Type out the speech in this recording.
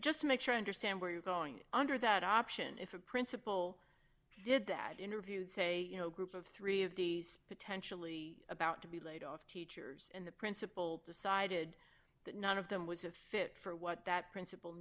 just make sure i understand where you're going under that option if a principal did that interview say you know a group of three of these potentially about to be laid off teachers and the principal decided that none of them was a fit for what that principal